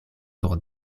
sur